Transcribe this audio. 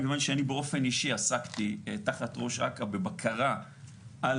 מכיוון שאני באופן אישי עסקתי תחת ראש אכ"א בבקרה על